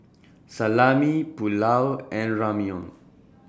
Salami Pulao and Ramyeon